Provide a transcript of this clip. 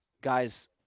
guys